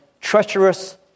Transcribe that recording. Treacherous